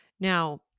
Now